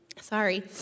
Sorry